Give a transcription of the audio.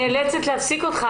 בנוסף לכך,